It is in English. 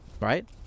right